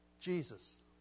Jesus